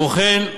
כמו כן,